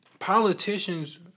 Politicians